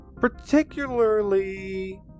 Particularly